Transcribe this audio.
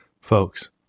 folks